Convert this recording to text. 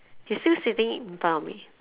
he's still sitting in front of me